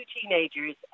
teenagers